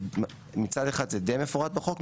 מצד אחד זה די מפורט בחוק,